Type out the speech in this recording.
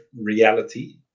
reality